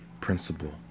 principle